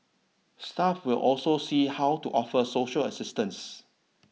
staff will also see how to offer social assistance